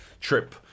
trip